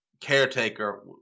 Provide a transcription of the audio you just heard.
caretaker